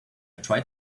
tried